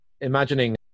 imagining